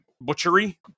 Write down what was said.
butchery